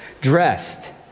dressed